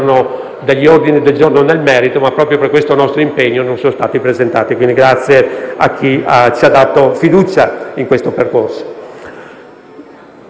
degli ordini del giorno in merito, ma proprio per questo nostro impegno non sono stati presentati. Ringrazio i presentatori che ci hanno dato fiducia in questo percorso.